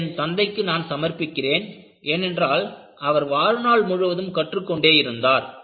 இதை என் தந்தைக்கு நான் சமர்ப்பிக்கிறேன் ஏனென்றால் அவர் வாழ்நாள் முழுவதும் கற்றுக் கொண்டே இருந்தார்